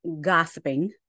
gossiping